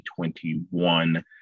2021